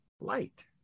light